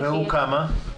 וכמה הוא?